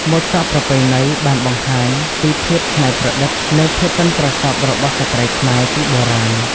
ម៉ូតសក់ប្រពៃណីបានបង្ហាញពីភាពច្នៃប្រឌិត និងភាពប៉ិនប្រសប់របស់ស្ត្រីខ្មែរពីបុរាណ។